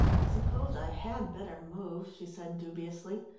i suppose i had better move, she said dubiously.